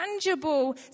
tangible